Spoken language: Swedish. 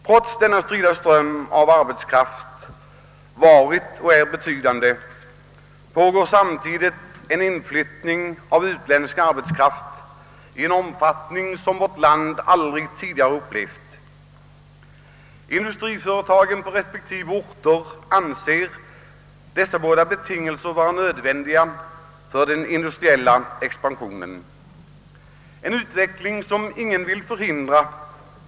Trots att denna ström av arbetskraft varit och är betydande pågår samtidigt en inflyttning av utländsk arbetskraft i en omfattning som vi aldrig tidigare upplevat i vårt land. Industriföretagen på respektive orter anser båda de nämnda faktorerna vara nödvändiga för den industriella expansionen. Ingen vill ju heller hindra industriens utveckling.